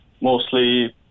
mostly